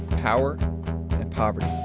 power and poverty.